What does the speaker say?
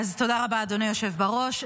רבה, אדוני היושב-ראש.